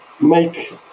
make